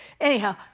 anyhow